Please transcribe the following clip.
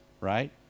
right